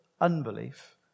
unbelief